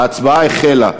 ההצבעה החלה.